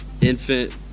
infant